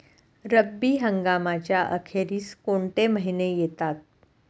रब्बी हंगामाच्या अखेरीस कोणते महिने येतात?